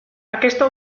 aquesta